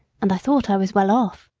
and i thought i was well off.